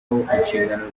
inshingano